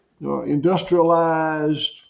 industrialized